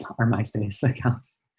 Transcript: our myspace accounts.